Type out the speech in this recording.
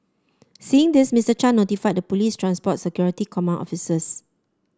seeing this Mister Chan notified the police's transport security command officers